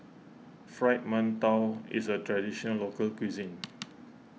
Fried Mantou is a Traditional Local Cuisine